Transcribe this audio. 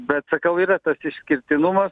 bet sakau yra tas išskirtinumas